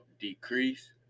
decrease